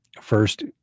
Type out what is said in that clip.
first